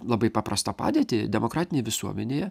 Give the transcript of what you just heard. labai paprastą padėtį demokratinėj visuomenėje